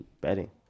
betting